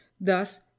thus